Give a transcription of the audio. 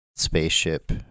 Spaceship